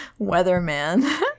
Weatherman